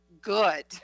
good